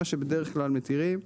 מה שבדרך כלל מתירים,